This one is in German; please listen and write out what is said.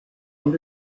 und